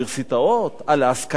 על ההשכלה הגבוהה?